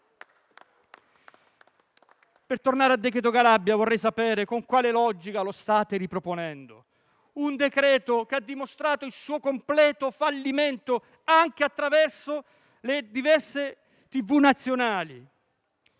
Per tornare al decreto Calabria, vorrei sapere con quale logica state riproponendo un decreto che ha dimostrato il suo completo fallimento, anche attraverso le diverse televisioni